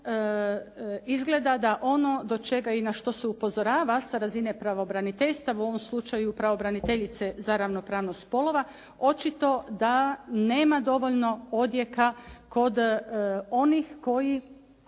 izgleda da ono do čega i na što se upozorava sa razine pravobraniteljstava, u ovom slučaju pravobraniteljice za ravnopravnost spolova, očito da nema dovoljno odjeka kod onih koji